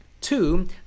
two